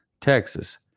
texas